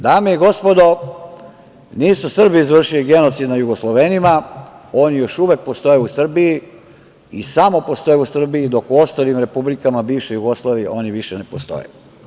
Dame i gospodo, nisu Srbi izvršili genocid nad Jugoslovenima, oni još uvek postoje u Srbiji i samo postoje u Srbiji, dok u ostalim republikama bivše Jugoslavije oni više ne postoje.